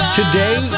Today